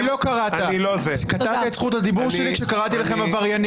אתה קטעת את זכות הדיבור שלי כשקראתי לכם "עבריינים".